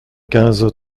quinze